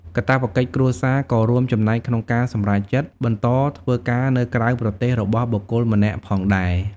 កាតព្វកិច្ចគ្រួសារក៏រួមចំណែកក្នុងការសម្រេចចិត្ត បន្តធ្វើការនៅក្រៅប្រទេសរបស់បុគ្គលម្នាក់ផងដែរ។